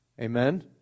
Amen